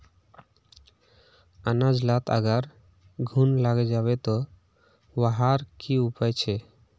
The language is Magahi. अनाज लात अगर घुन लागे जाबे ते वहार की उपाय छे?